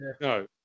No